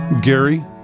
Gary